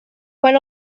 quan